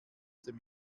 dem